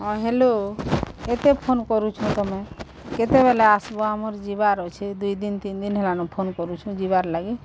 ହଁ ହ୍ୟାଲୋ କେତେ ଫୋନ୍ କରୁଛ ତମେ କେତେବେଲେ ଆସିବ ଆମର୍ ଯିବାର୍ ଅଛେ ଦୁଇ ଦିନ ତିନି ଦିନ ହେଲାନ ଫୋନ୍ କରୁଛ ଯିବାର୍ ଲାଗି